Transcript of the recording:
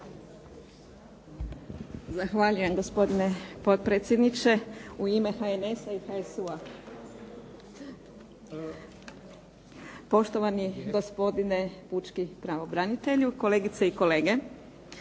Zahvaljujem gospodine potpredsjedniče u ime HNS-a i HSU-a. Poštovani gospodine pučki pravobranitelju, kolegice i kolege.